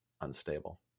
unstable